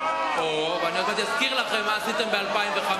אוהו אוהו, ואני עוד אזכיר לכם מה עשיתם ב-2005.